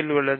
என்பது உள்ளது